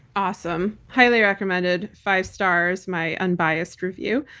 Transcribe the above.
awesome. highly recommended. five stars. my unbiased review.